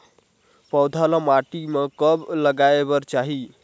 पौधा ल माटी म कब लगाए बर चाही?